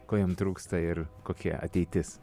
ko jam trūksta ir kokia ateitis